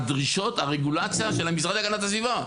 דרישות הרגולציה של המשרד להגנת הסביבה.